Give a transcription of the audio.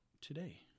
today